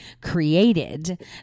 created